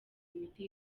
imiti